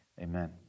amen